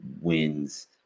wins